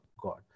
God